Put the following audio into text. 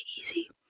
easy